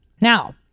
Now